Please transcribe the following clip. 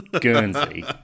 Guernsey